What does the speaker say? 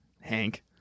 Hank